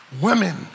women